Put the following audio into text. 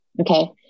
Okay